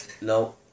No